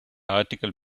article